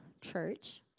church